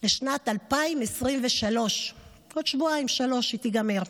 לשנת 2023. עוד שבועיים-שלושה היא תיגמר,